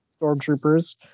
stormtroopers